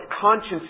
conscience